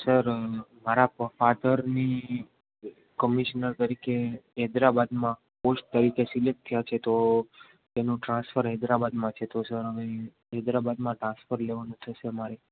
sir મારા પાછળની કોવિષ્ણળ તરીકે એરાબદ માં પોસ્ટ તરીકે સિલેકટ થયા છે તો તેનું ટ્રાન્સફર હૈદરાબાદમાં છે તો સર અમે હૈદરાબાદમાં ટ્રાન્સફર લેવાનું થશે મારે